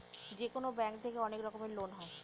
যেকোনো ব্যাঙ্ক থেকে অনেক রকমের লোন হয়